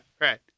right